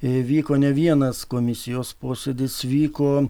įvyko ne vienas komisijos posėdis vyko